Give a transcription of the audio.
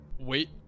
Wait